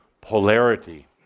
polarity